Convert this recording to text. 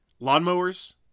Lawnmowers